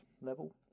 level